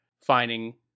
finding